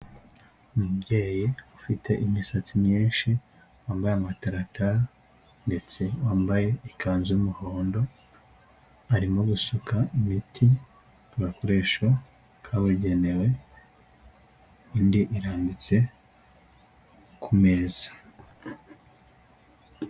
Umubyeyi ufite imisatsi myinshi, wambaye amataratara, ndetse wambaye ikanzu y'umuhondo arimo gusuka imiti bakoresho kabugenewe, indi irambitse ku meza.